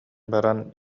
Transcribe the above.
баран